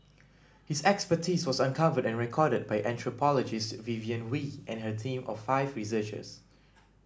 his expertise was uncovered and recorded by anthropologist Vivienne Wee and her team of five researchers